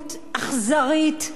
מדיניות אכזרית.